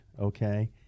okay